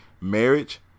marriage